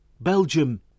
Belgium